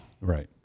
Right